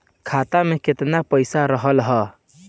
खाता में केतना पइसा रहल ह?